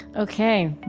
ok.